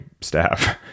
staff